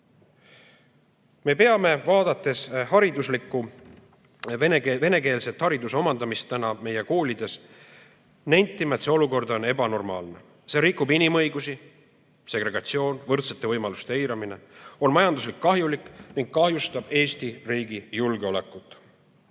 Me peame, vaadates venekeelset hariduse omandamist täna meie koolides, nentima, et see olukord on ebanormaalne. See rikub inimõigusi, segregatsioon, võrdsete võimaluste eiramine on majanduslikult kahjulik ning kahjustab Eesti riigi julgeolekut. Tuleb